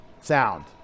sound